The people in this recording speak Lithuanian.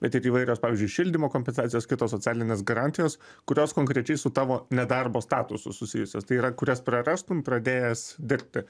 bet ir įvairios pavyzdžiui šildymo kompensacijos kitos socialinės garantijos kurios konkrečiai su tavo nedarbo statusu susijusios tai yra kurias prarastum pradėjęs dirbti